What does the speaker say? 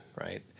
Right